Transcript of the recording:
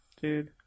dude